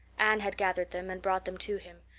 anne had gathered them and brought them to him,